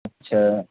اچھا